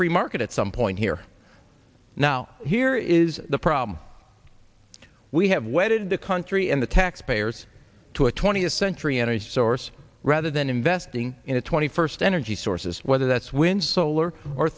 free market at some point here now here is the problem we have wedded the country and the taxpayers to a twentieth century energy source rather than investing in the twenty first energy sources whether that's wind solar or